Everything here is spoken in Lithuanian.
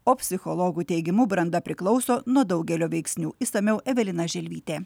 o psichologų teigimu branda priklauso nuo daugelio veiksnių išsamiau evelina želvytė